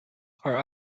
our